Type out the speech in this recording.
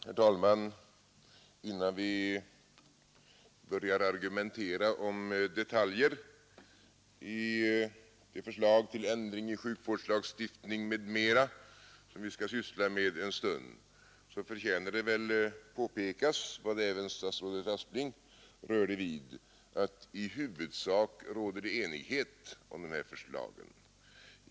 Herr talman! Innan vi börjar argumentera om detaljer i det förslag till ändring i sjukvårdslagstifningen, m.m., som vi nu skall syssla med en stund, förtjänar det väl att påpekas — något som även statsrådet Aspling vidrörde — att det i huvudsak råder enighet om de här förslagen.